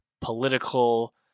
political